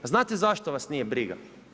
A znate zašto vas nije briga?